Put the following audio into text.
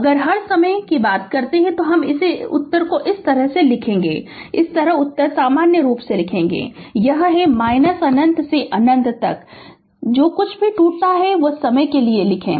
अगर हर समय कहते हैं तो इस तरह से उत्तर लिखेंगे इस तरह उत्तर सामान्य रूप से लिखेंगे यह है अनंत से अनंत तक जो कुछ भी टूटता है वह समय के लिए लिखें